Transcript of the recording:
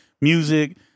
music